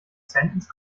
sentence